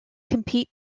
compete